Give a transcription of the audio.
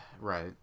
Right